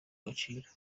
agaciro